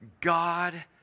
God